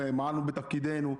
מעלנו בתפקידנו,